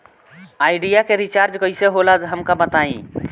Idea के recharge कईसे होला हमका बताई?